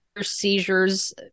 seizures